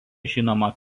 žinoma